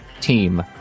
team